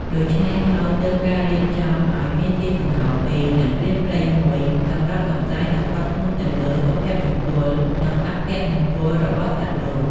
ដូច្នេះហើយទើបការរៀបចំឱ្យមានជាកោ្ងកពីរ និងព្រានព្រៃមួយ សម្រាប់សម្តែងសង្កត់ធ្ងន់ទៅលើសុភមង្គល និង អពមង្គលរបស់សត្វលោក ។